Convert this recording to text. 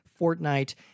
Fortnite